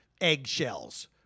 Eggshells